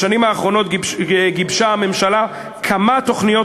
בשנים האחרונות גיבשה הממשלה כמה תוכניות